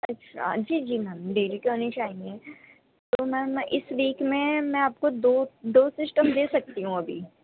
اچھا جی جی میم نہیں چاہئیں تو میم میں اس ویک میں میں آپ کو دو دو سسٹم دے سکتی ہوں ابھی